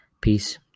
Peace